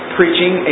preaching